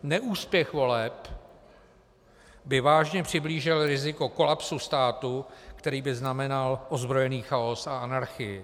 Neúspěch voleb by vážně přiblížil riziko kolapsu státu, který by znamenal ozbrojený chaos a anarchii.